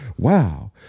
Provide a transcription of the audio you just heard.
Wow